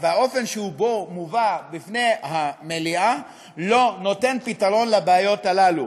והאופן שבו הוא מובא בפני המליאה לא נותן פתרון לבעיות הללו.